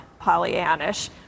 Pollyannish